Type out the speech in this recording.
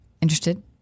interested